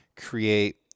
create